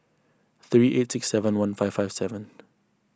three eight six seven one five five seven